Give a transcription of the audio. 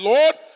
Lord